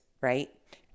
right